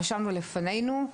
רשמנו לפנינו,